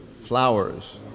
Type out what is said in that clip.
flowers